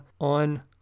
on